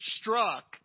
struck